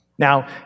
Now